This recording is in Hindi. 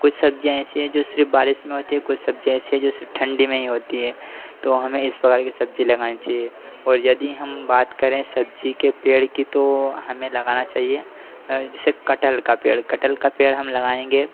कुछ सब्जियाँ ऐसी हैं जो सिर्फ़ बारिश में होती हैं और कुछ सब्जियाँ ऐसी हैं जो सिर्फ ठंडी में ही होती हैं तो हमें इस प्रकार की सब्जी लगानी चाहिए और यदि हम बात करें सब्जी के पेड़ की तो हमें लगाना चाहिए जैसे कटहल का पेड़ कटहल का पेड़ हम लगाएँगे